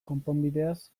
konponbideaz